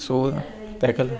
so तेका